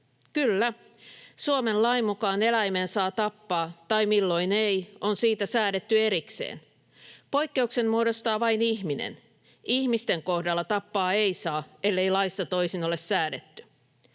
Kyllä, Suomen lain mukaan eläimen saa tappaa, tai milloin ei, on siitä säädetty erikseen. Poikkeuksen muodostaa vain ihminen. Ihmisten kohdalla tappaa ei saa, ellei laissa toisin ole säädetty.